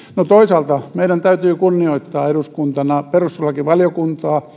no toisaalta meidän täytyy kunnioittaa eduskuntana perustuslakivaliokuntaa